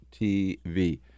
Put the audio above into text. TV